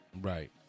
Right